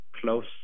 close